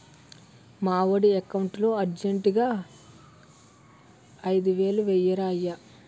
మావోడి ఎకౌంటులో అర్జెంటుగా ఐదువేలు వేయిరయ్య